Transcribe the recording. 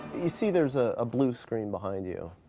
you see there's a blue screen behind you.